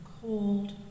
cold